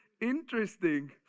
interesting